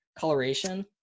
coloration